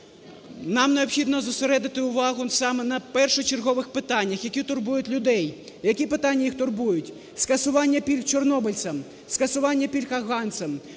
Нам необхідно зосередити увагу саме на першочергових питаннях, які турбують людей. Які питання їх турбують? Скасування пільг чорнобильцям, скасування пільг афганцям,